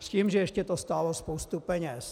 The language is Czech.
S tím, že ještě to stálo spoustu peněz.